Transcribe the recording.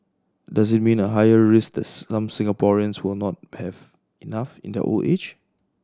does it mean a higher risk this some Singaporeans will not have enough in their old age